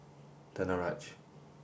Danaraj